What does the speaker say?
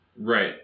Right